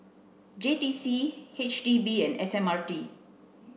J T C H D B and S M R T